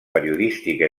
periodística